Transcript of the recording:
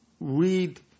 read